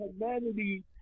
humanity